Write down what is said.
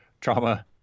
trauma